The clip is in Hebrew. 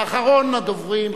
ואחרון הדוברים,